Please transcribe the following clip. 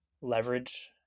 leverage